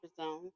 zone